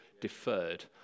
deferred